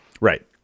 Right